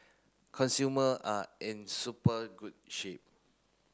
consumer are in super good shape